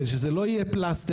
כדי שזה לא יהיה פלסטר,